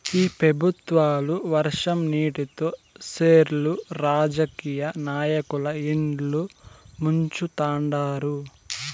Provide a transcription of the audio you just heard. ఈ పెబుత్వాలు వర్షం నీటితో సెర్లు రాజకీయ నాయకుల ఇల్లు ముంచుతండారు